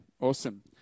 Awesome